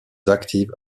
active